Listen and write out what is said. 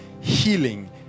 healing